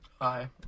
Hi